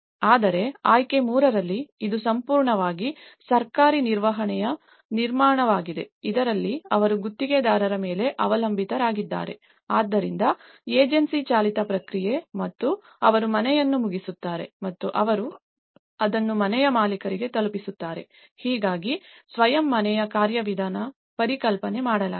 ಆದರೆ ಆಯ್ಕೆ 3 ರಲ್ಲಿ ಇದು ಸಂಪೂರ್ಣವಾಗಿ ಸರ್ಕಾರಿ ನಿರ್ವಹಣೆಯ ನಿರ್ಮಾಣವಾಗಿದೆ ಇದರಲ್ಲಿ ಅವರು ಗುತ್ತಿಗೆದಾರರ ಮೇಲೆ ಅವಲಂಬಿತರಾಗಿದ್ದಾರೆ ಆದ್ದರಿಂದ ಏಜೆನ್ಸಿ ಚಾಲಿತ ಪ್ರಕ್ರಿಯೆ ಮತ್ತು ಅವರು ಮನೆಯನ್ನು ಮುಗಿಸುತ್ತಾರೆ ಮತ್ತು ಅವರು ಅದನ್ನು ಮನೆಯ ಮಾಲೀಕರಿಗೆ ತಲುಪಿಸುತ್ತಾರೆ ಹೀಗಾಗಿ ಸ್ವಯಂ ಮನೆಯ ಕಾರ್ಯವಿಧಾನ ಪರಿಕಲ್ಪನೆ ಮಾಡಲಾಗಿದೆ